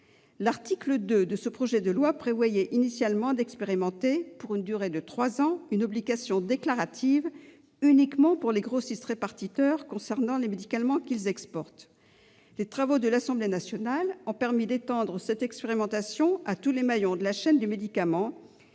L'article 2 de ce projet de loi prévoyait initialement l'expérimentation, pour une durée de trois ans, d'une obligation déclarative pour les seuls grossistes-répartiteurs concernant les médicaments qu'ils exportent. Les travaux de l'Assemblée nationale ont permis d'étendre cette expérimentation à tous les maillons de la chaîne du médicament,